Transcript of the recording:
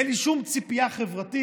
אין לי שום ציפייה חברתית.